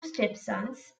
stepsons